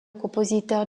compositeur